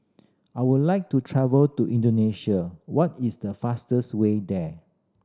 I would like to travel to Indonesia what is the fastest way there